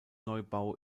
neubau